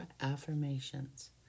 affirmations